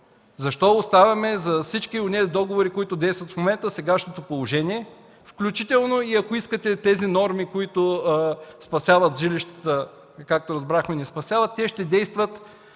Защо оставяме за всички онези договори, които действат в момента, сегашното положение, включително и ако искате тези норми, които спасяват жилищата, както разбрахме – не ги спасяват, но те ще действат